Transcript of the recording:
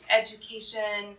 education